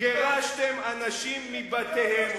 גירשתם אנשים מבתיהם,